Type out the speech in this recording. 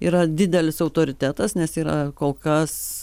yra didelis autoritetas nes yra kol kas